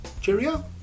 cheerio